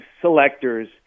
selectors